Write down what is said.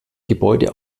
gebäude